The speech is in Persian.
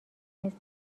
نیست